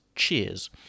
cheers